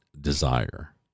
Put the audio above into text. desire